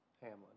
Hamlin